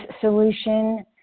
solution